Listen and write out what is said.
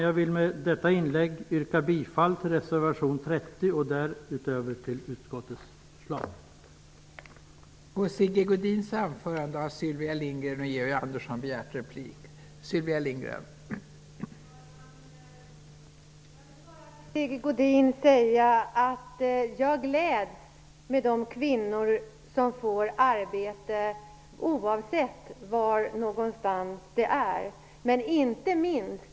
Jag vill med detta inlägg yrka bifall til reservation 30 och därutöver till utskottets förslag.